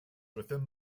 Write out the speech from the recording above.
within